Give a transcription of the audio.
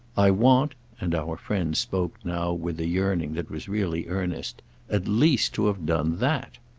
i want and our friend spoke now with a yearning that was really earnest at least to have done that.